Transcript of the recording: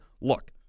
Look